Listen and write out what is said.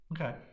Okay